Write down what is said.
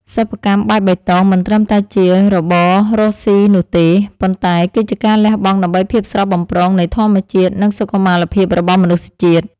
សិប្បកម្មបែបបៃតងមិនត្រឹមតែជារបរកស៊ីនោះទេ ប៉ុន្តែ គឺជាការលះបង់ដើម្បីភាពស្រស់បំព្រងនៃធម្មជាតិ និង សុខមាលភាពរបស់មនុស្សជាតិ។